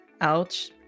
ouch